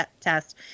test